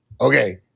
Okay